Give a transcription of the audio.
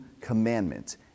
commandment